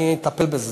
אני אטפל בזה.